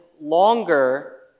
longer